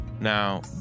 Now